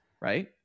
right